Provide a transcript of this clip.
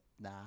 nah